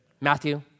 Matthew